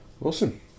Awesome